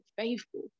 faithful